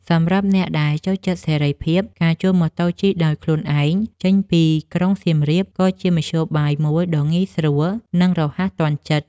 សម្រាប់អ្នកដែលចូលចិត្តសេរីភាព ការជួលម៉ូតូជិះដោយខ្លួនឯងចេញពីក្រុងសៀមរាប ក៏ជាមធ្យោបាយមួយដ៏ងាយស្រួល និងរហ័សទាន់ចិត្ត។